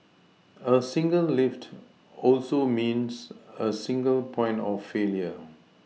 a single lift also means a single point of failure